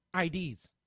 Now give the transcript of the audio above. IDs